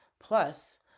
Plus